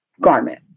garment